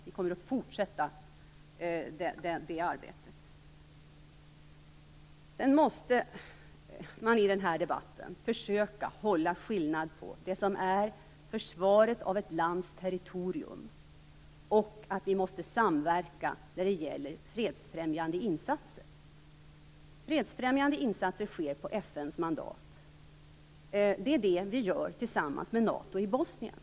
Vi kommer att fortsätta det arbetet. I den här debatten måste man försöka skilja på vad som är försvaret av ett lands territorium och att vi måste samverka i fråga om fredsfrämjande insatser. Fredsfrämjande insatser sker på FN:s mandat. Det är det vi gör tillsammans med NATO i Bosnien.